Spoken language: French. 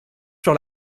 sur